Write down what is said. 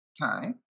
time